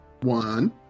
One